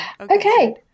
Okay